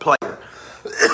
player